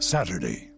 Saturday